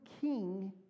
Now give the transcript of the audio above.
king